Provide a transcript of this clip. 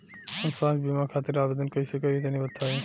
हम स्वास्थ्य बीमा खातिर आवेदन कइसे करि तनि बताई?